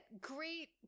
great